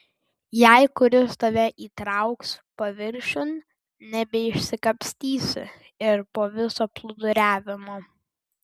jei kuris tave įtrauks paviršiun nebeišsikapstysi ir po viso plūduriavimo